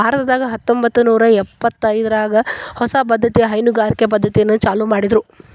ಭಾರತದಾಗ ಹತ್ತಂಬತ್ತನೂರಾ ಇಪ್ಪತ್ತರಾಗ ಹೊಸ ಪದ್ದತಿಯ ಹೈನುಗಾರಿಕೆ ಪದ್ದತಿಯನ್ನ ಚಾಲೂ ಮಾಡಿದ್ರು